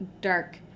dark